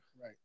Right